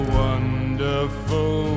wonderful